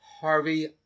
Harvey